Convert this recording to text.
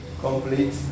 complete